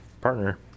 Partner